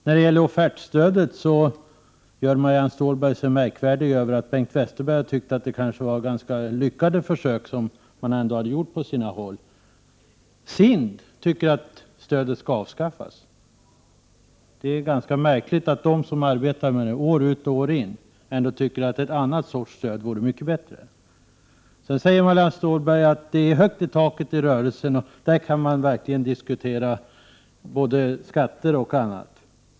När det gäller offertstödet gör Marianne Stålberg sig märkvärdig över att Bengt Westerberg har tyckt att det kanske var ganska lyckade försök som ändå gjorts på sina håll. SIND tycker att stödet skall avskaffas. Det är ganska märkligt att de som år ut och år in arbetar med detta stöd tycker att en annan sorts stöd vore mycket bättre. Sedan sade Marianne Stålberg att det är högt i tak i rörelsen och att man där verkligen kan diskutera både skatter och annat.